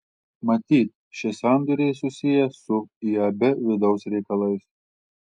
matyt šie sandoriai susiję su iab vidaus reikalais